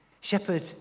shepherd